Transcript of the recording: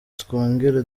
twongere